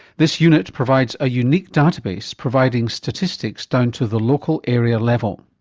this unit provides a unique database providing statistics down to the local area level.